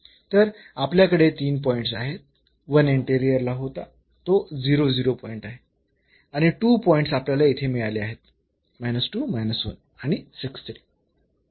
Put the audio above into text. तर आपल्याकडे 3 पॉईंट्स आहेत 1 इंटेरिअरला होता तो पॉईंट आहे आणि 2 पॉईंट्स आपल्याला येथे मिळाले आहेत आणि